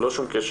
אבל